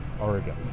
Oregon